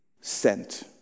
sent